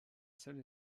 seule